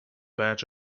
batch